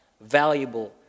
valuable